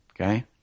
Okay